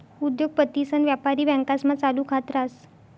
उद्योगपतीसन व्यापारी बँकास्मा चालू खात रास